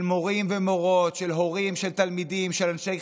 של מורים ומורות, של הורים, של תלמידים,